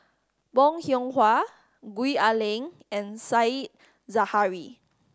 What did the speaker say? Bong Hiong Hwa Gwee Ah Leng and Said Zahari